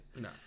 No